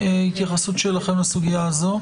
התייחסות שלכם לסוגיה הזאת.